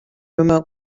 remote